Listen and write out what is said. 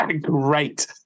Great